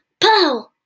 Pow